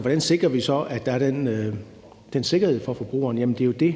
Hvordan sikrer vi så, at der er den sikkerhed for forbrugerne? Jamen det er jo det,